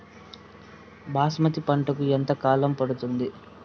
బాస్మతి పంటకు ఎంత కాలం పడుతుంది?